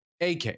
AK